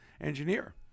engineer